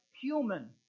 human